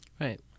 Right